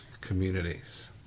communities